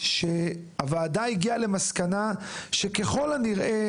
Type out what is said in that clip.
ושהוועדה הגיעה למסקנה שככל הנראה